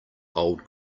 old